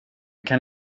kan